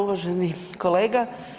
Uvaženi kolega.